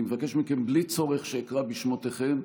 אני מבקש מכם, בלי צורך שאקרא בשמותיכם,